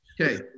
Okay